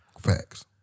Facts